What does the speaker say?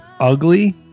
ugly